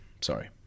sorry